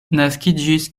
naskiĝis